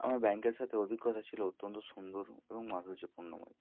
আমার ব্যাংকের সাথে অভিজ্ঞতা ছিল অত্যন্ত সুন্দর এবং মাধুর্যপূর্ণময়